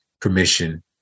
permission